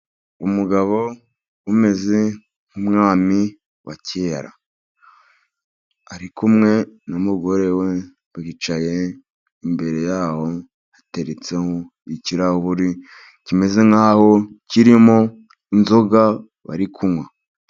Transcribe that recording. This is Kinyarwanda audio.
Umugabo umeze nk'umwami wa kera ,ari kumwe n'umugore we bicaye, imbere yaho hateretse ikirahuri, kimeze nk'aho kirimo inzoga bari kunywa.